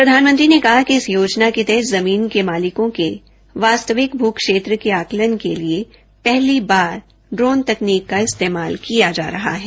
प्रधानमंत्री ने ैकहा कि इस योजना के तहत जमीन के मालिकों के वास्तविक भू क्षेत्र के आकलन के लिए पहली बार ड्रोन तकनीक का इस्तेमाल किया जा रहा है